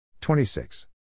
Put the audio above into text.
26